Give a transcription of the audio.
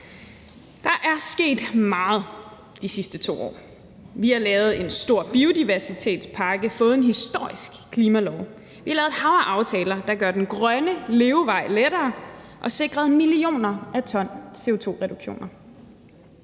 Der er sket meget de sidste 2 år. Vi har lavet en stor biodiversitetspakke og har fået en historisk klimalov. Vi har lavet et hav af aftaler, der gør den grønne levevej lettere, og som sikrer millioner af ton CO2-reduktioner.